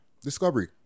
Discovery